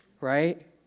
right